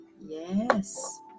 yes